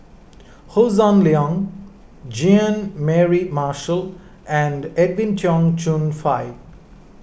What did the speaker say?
Hossan Leong Jean Mary Marshall and Edwin Tong Chun Fai